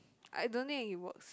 I don't think it works